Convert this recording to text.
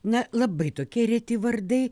na labai tokie reti vardai